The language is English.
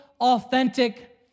authentic